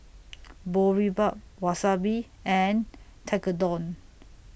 Boribap Wasabi and Tekkadon